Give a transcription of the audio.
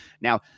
Now